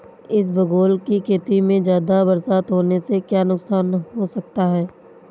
इसबगोल की खेती में ज़्यादा बरसात होने से क्या नुकसान हो सकता है?